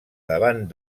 davant